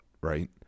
right